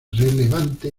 relevante